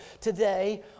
today